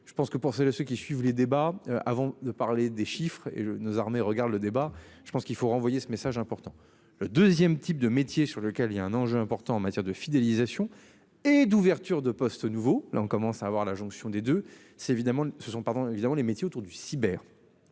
je pense que pour ces le ceux qui suivent les débats avant de parler des chiffres et nos armées regarde le débat, je pense qu'il faut renvoyer ce message important. Le 2ème, type de métier sur lequel il y a un enjeu important en matière de fidélisation. Et d'ouvertures de postes nouveaux, là on commence à avoir la jonction des deux c'est évidemment ce ne sont pas évidemment les métiers autour du cyber.